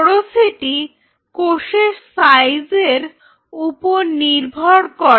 porosity কোষের size এর ওপর নির্ভর করে